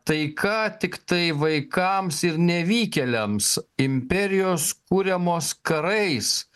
taika tiktai vaikams ir nevykėliams imperijos kuriamos karais